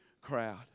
crowd